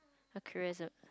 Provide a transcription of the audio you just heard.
a career as a